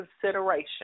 consideration